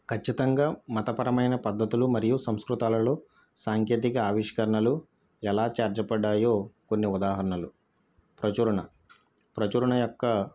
ఖచ్చితంగా మతపరమైన పద్ధతులు మరియు సంస్కృతాలలో సాంకేతిక ఆవిష్కరణలు ఎలా చేర్చపడినాయో కొన్ని ఉదాహరణలు ప్రచురణ ప్రచురణ యొక్క